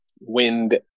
wind